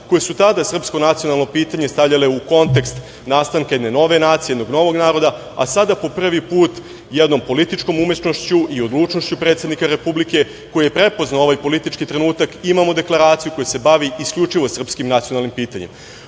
koje su tada srpsko nacionalno pitanje stavljale u kontekst nastanka jedne nove nacije, jednog novog naroda, a sada po prvi put jednom političkom umesnošću i odlučnošću predsednika Republike koji je prepoznao ovaj politički trenutak, imamo deklaraciju koja se bavi isključivo srpskim nacionalnim pitanjem. Ova